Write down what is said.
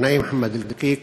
העיתונאי מוחמד אלקיק,